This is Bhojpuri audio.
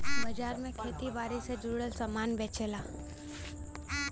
बाजार में खेती बारी से जुड़ल सामान बेचला